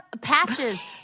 patches